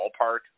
ballpark